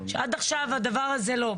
עד עכשיו הדבר הזה לא היה.